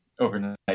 overnight